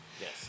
Yes